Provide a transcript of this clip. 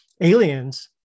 aliens